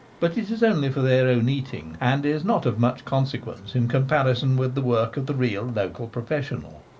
but it is only for their own eating, and is not of much consequence in comparison with the work of the real local professional.